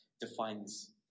defines